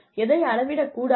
எதை அளவிடக் கூடாது